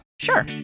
Sure